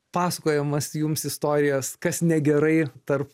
pasakojimas jums istorijas kas negerai tarp